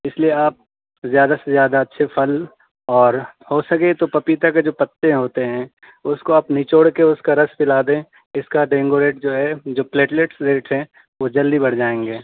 اس لیے آپ زیادہ سے زیادہ اچھے پھل اور ہو سکے تو پپیتا کے جو پتے ہوتے ہیں اس کو آپ نچوڑ کے اس کا رس پلا دیں اس کا ڈینگو ریٹ جو ہے جو پلیٹلیٹ ریٹ ہیں وہ جلدی بڑھ جائیں گے